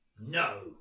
No